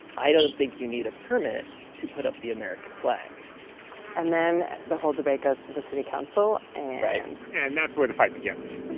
i don't think you need a permit to put up the american flag and then the whole debate goes to the city council right and and that's where the fight begins